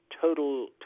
total